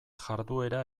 jarduera